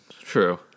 True